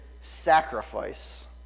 sacrifice